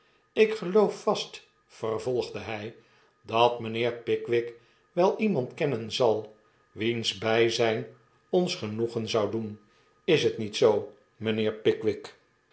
ik geloof vast vervolgde hy dat mijnheer pickwick wel iemand kennen zal wiensbyzijn ons genoegen zou doen is het niet zoo mynheer pickwick